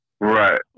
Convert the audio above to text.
Right